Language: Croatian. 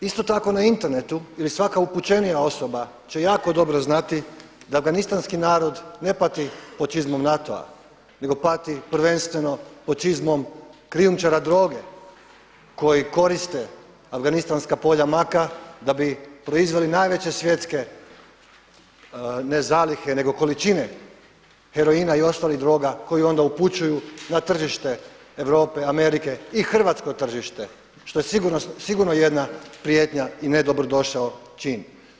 No, isto tako na internetu ili svaka upućenija osoba će jako dobro znati da afganistanski narod ne pati pod čizmom NATO-a, nego pati prvenstveno pod čizmom krijumčara droge koji koriste afganistanska polja maka da bi proizveli najveće svjetske ne zalihe, nego količine heroina i ostalih droga koju onda upućuju na tržište Europe, Amerike i hrvatsko tržište što je sigurno jedna prijetnja i ne dobro došao čin.